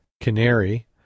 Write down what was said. Canary